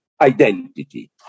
identity